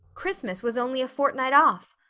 christmas was only a fortnight off.